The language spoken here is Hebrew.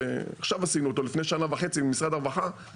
זה מודל שעשינו לפני שנה וחצי עם משרד הרווחה,